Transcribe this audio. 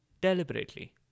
deliberately